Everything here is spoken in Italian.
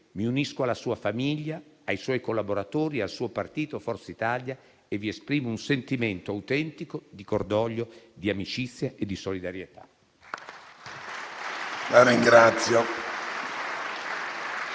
mi unisco alla sua famiglia, ai suoi collaboratori, al suo partito, Forza Italia, esprimendo un sentimento autentico di cordoglio, di amicizia e di solidarietà.